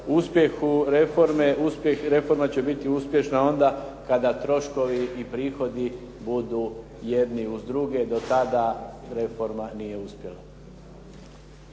uspjehu reforme reforma će biti uspješna onda kada troškovi i prihodi budu jedni uz druge, do tada reforma nije uspjela.